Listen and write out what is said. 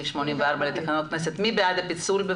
מי בעד הפיצול?